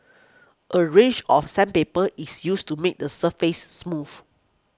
a range of sandpaper is used to make the surface smooth